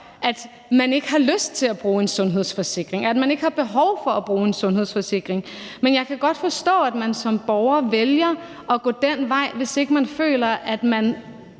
at man ikke har lyst til at bruge en sundhedsforsikring, at man ikke har behov for at bruge en sundhedsforsikring. Men jeg kan godt forstå, at man som borger vælger at gå den vej, hvis ikke man føler, at man